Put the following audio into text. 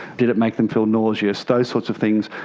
did it make them feel nauseous, those sorts of things,